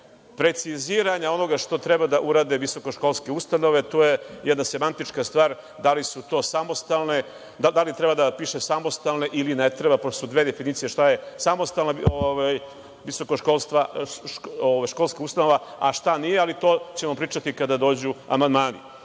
preciziranja onoga što treba da urade visokoškolske ustanove, to je jedna semantička stvar, da li treba da piše samostalne ili ne treba, pošto su dve definicije šta je samostalna visokoškolska ustanova, a šta nije, ali to ćemo pričati kada dođu